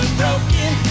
broken